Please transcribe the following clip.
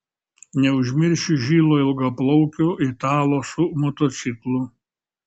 neužmiršiu žilo ilgaplaukio italo su motociklu